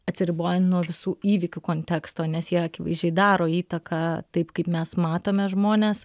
atsiribojant nuo visų įvykių konteksto nes jie akivaizdžiai daro įtaką taip kaip mes matome žmones